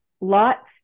lots